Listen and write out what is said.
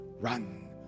run